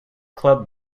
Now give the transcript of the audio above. club